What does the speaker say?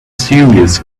serious